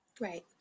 Right